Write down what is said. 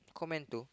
comment to